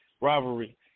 rivalry